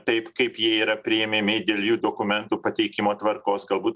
taip kaip jie yra priimami dėl jų dokumentų pateikimo tvarkos galbūt